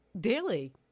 daily